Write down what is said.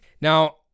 Now